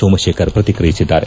ಸೋಮಶೇಖರ್ ಪ್ರತಿಕ್ರಿಯಿಸಿದ್ದಾರೆ